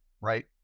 right